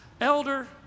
elder